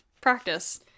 practice